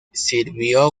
sirvió